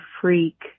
freak